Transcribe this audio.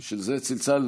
בשביל זה צלצלנו,